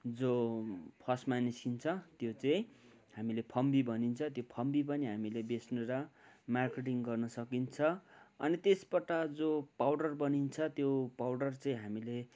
जो फर्स्टमा निस्किन्छ त्यो चाहिँ हामीले फम्बी भनिन्छ त्यो फम्बी पनि हामीले बेच्नु र मार्केटिङ गर्न सकिन्छ अनि त्यसबाट जो पाउडर बनिन्छ त्यो पाउडर चाहिँ हामीले